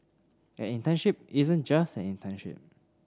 an internship isn't just an internship